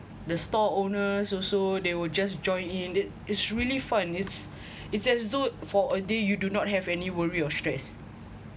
the stall owners also they will just join in it it's really fun it's it's as though for a day you do not have any worry or stress